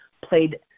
played